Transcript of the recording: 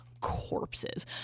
Corpses